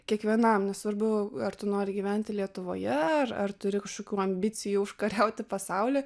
kiekvienam nesvarbu ar tu nori gyventi lietuvoje ar ar turi kažkokių ambicijų užkariauti pasaulį